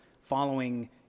following